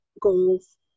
goals